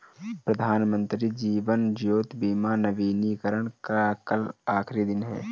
प्रधानमंत्री जीवन ज्योति बीमा नवीनीकरण का कल आखिरी दिन है